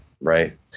right